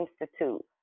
institute